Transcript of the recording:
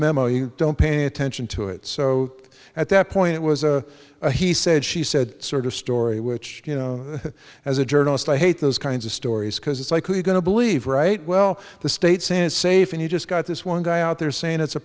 memo you don't pay attention to it so at that point it was a he said she said sort of story which you know as a journalist i hate those kinds of stories because it's likely going to believe right well the state senate safe and you just got this one guy out there saying it's a